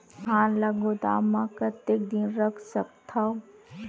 धान ल गोदाम म कतेक दिन रख सकथव?